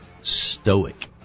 stoic